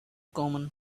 common